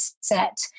set